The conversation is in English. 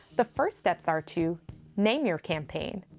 the first steps are to name your campaign.